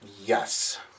Yes